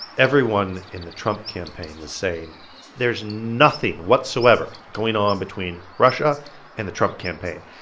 everyone in the trump campaign was saying there's nothing whatsoever going on between russia and the trump campaign.